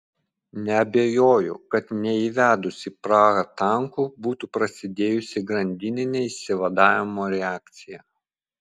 neabejoju kad neįvedus į prahą tankų būtų prasidėjusi grandininė išsivadavimo reakcija